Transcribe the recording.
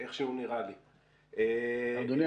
אדוני,